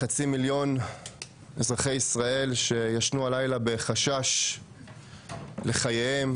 חצי מיליון אזרחי ישראל ישנו הלילה בחשש לחייהם